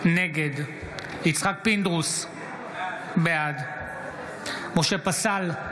נגד יצחק פינדרוס, בעד משה פסל,